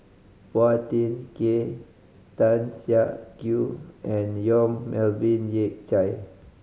Phua Thin Kiay Tan Siak Kew and Yong Melvin Yik Chye